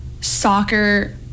soccer